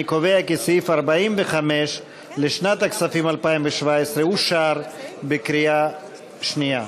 אני קובע כי סעיף 45 לשנת הכספים 2017 אושר בקריאה שנייה.